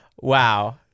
Wow